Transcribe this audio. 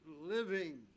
living